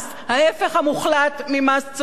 ההיפך המוחלט ממס צודק.